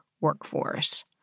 workforce